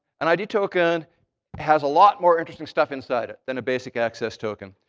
an id token has a lot more interesting stuff inside than a basic access token.